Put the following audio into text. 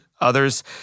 others